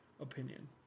opinion